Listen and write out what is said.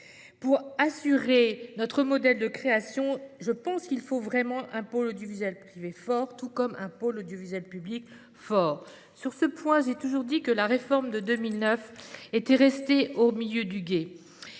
pour assurer notre modèle de création un pôle audiovisuel privé fort, tout comme un pôle audiovisuel public fort. Sur ce point, j'ai toujours dit que la réforme de 2009 était restée au milieu du gué.